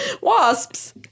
Wasps